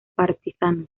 partisanos